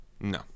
No